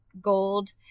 gold